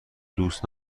دوست